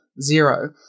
zero